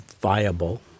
viable